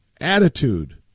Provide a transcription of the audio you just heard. attitude